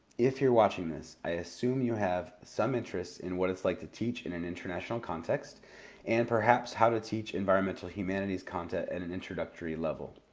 if you're watching this, i assume you have some interest in what it's like to teach in an international context and perhaps how to teach environmental humanities content at an introductory level.